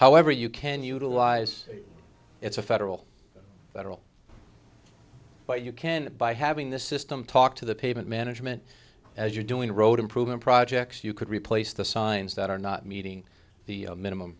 however you can utilize it's a federal level but you can by having this system talk to the payment management as you're doing road improvement projects you could replace the signs that are not meeting the minimum